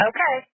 Okay